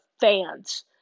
fans